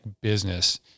business